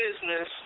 business